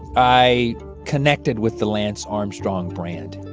i connected with the lance armstrong brand.